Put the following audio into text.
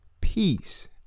peace